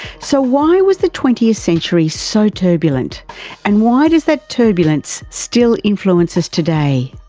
so why was the twentieth century so turbulent and why does that turbulence still influence us today?